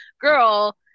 girl